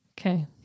okay